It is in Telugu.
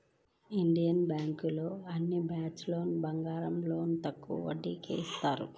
ఇండియన్ బ్యేంకులోని అన్ని బ్రాంచీల్లోనూ బంగారం లోన్లు తక్కువ వడ్డీకే ఇత్తన్నారు